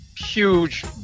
huge